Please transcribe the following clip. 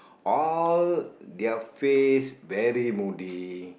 all their face very moody